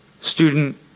student